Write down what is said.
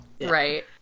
Right